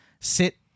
Sit